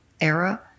era